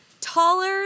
taller